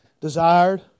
desired